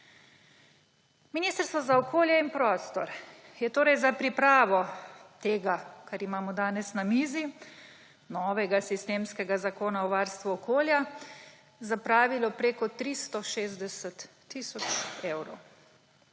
Ministrstvo za okolje in prostor je torej za pripravo tega, kar imamo danes na mizi, novega sistemskega Zakona o varstvu okolja zapravilo preko 360 tisoč evrov.